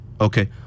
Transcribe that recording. Okay